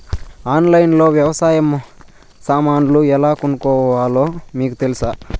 ఆన్లైన్లో లో వ్యవసాయ సామాన్లు ఎలా కొనుక్కోవాలో మీకు తెలుసా?